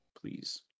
please